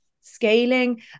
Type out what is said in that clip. scaling